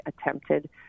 attempted